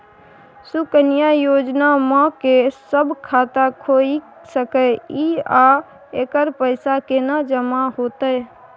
सुकन्या योजना म के सब खाता खोइल सके इ आ एकर पैसा केना जमा होतै?